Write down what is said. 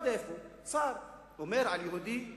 אני לא יודע איפה, שר, אומר על יהודי "יהודון"